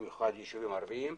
במיוחד ישובים ערבים,